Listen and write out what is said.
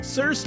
Sir